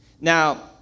Now